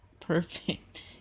perfect